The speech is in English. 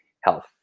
health